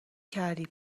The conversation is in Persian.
کردی